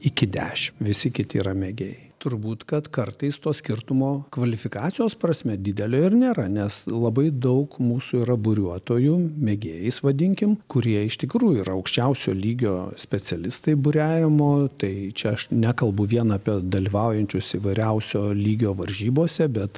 iki dešim visi kiti yra mėgėjai turbūt kad kartais to skirtumo kvalifikacijos prasme didelio ir nėra nes labai daug mūsų yra buriuotojų mėgėjais vadinkim kurie iš tikrųjų yra aukščiausio lygio specialistai buriavimo tai čia aš nekalbu vien apie dalyvaujančius įvairiausio lygio varžybose bet